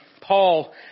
Paul